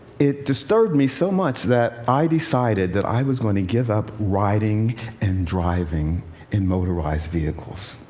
it disturbed me so much that i decided that i was going to give up riding and driving in motorized vehicles.